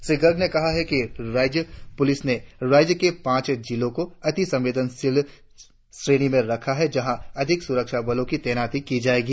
श्री गर्ग ने कहा है कि राज्य पुलिस ने राज्य के पांच जिले को अति संवेदनशील श्रैणी में रखा है जहाँ अधिक सुरक्षा बलो की तैनाती की जाएगी